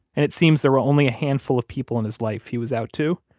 and it seems there were only a handful of people in his life he was out to.